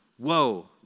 Whoa